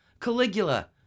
Caligula